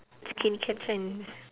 skincare trends